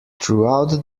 throughout